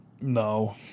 No